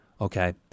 okay